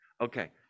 Okay